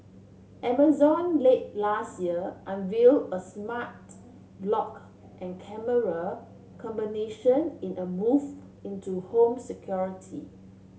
amazon late last year unveil a smart lock and camera combination in a move into home security